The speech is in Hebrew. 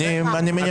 אני מניח שכן.